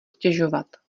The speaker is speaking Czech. stěžovat